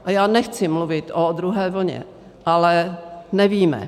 A já nechci mluvit o druhé vlně, ale nevíme.